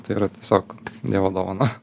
tai yra tiesiog dievo dovana